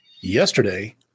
yesterday